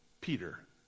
Peter